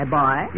boy